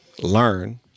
Learn